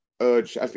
urge